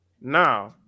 Now